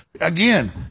again